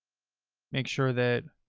make sure that